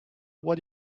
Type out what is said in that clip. what